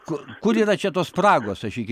kur kur yra čia tos spragos aš iki